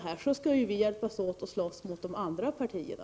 Här skall vi ju hjälpas åt och slåss mot de andra partierna.